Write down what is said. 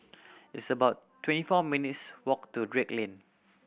it's about twenty four minutes' walk to Drake Lane